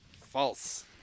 False